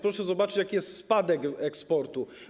Proszę zobaczyć, jaki jest spadek eksportu.